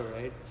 right